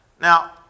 Now